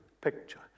picture